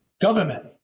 government